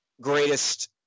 greatest